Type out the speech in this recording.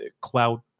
cloud